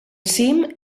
cim